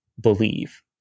believe